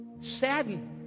saddened